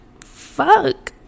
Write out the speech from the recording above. fuck